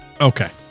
Okay